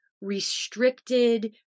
restricted